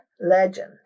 Legend